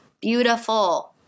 Beautiful